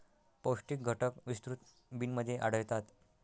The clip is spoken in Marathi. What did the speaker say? पौष्टिक घटक विस्तृत बिनमध्ये आढळतात